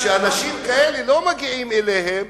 שאנשים כאלה לא מגיעים אליהם